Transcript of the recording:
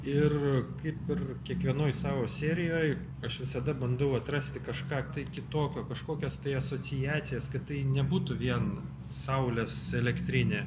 ir kaip ir kiekvienoj savo serijoj aš visada bandau atrasti kažką kitokio kažkokias tai asociacijas kad tai nebūtų vien saulės elektrinė